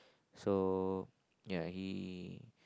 so ya he